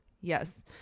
Yes